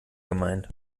gemeint